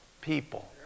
people